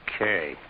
Okay